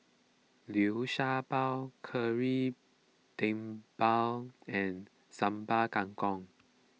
Liu Sha Bao Kari Debal and Sambal Kangkong